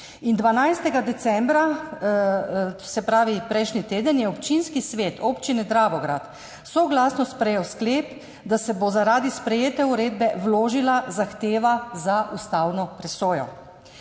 12. decembra, se pravi prejšnji teden, je občinski svet Občine Dravograd soglasno sprejel sklep, da se bo zaradi sprejete uredbe vložila zahteva za ustavno presojo.